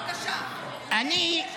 בבקשה, תגיד משהו